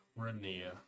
Rania